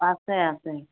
আছে আছে